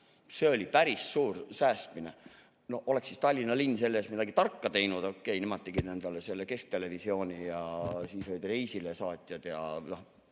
See oli päris suur säästmine. Oleks siis Tallinna linn selle eest midagi tarka teinud, aga okei, nemad tegid endale selle kesktelevisiooni ja olid reisilesaatjad ja